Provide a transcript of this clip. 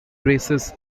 races